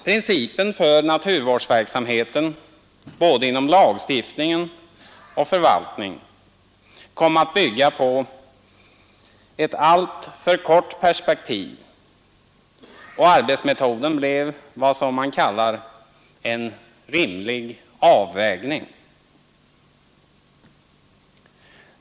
Principen för naturvårdsverksamheten inom både lagstiftning och förvaltning kom att bygga på ett alltför kort perspektiv, och arbetsmetoden blev vad man kallar en ”rimlig avvägning”.